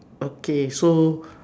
okay so